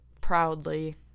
proudly